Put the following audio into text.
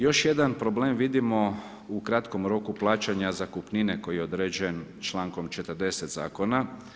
Još jedan problem vidimo u kratkom roku plaćanja zakupnine, koji je određen čl. 40. zakona.